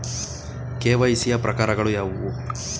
KYC ಯ ಪ್ರಕಾರಗಳು ಯಾವುವು?